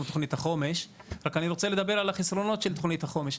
תוכנית החומש רק אני רוצה לדבר על החסרונות של תוכנית החומש,